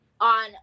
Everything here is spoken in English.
on